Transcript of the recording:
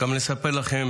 לספר לכם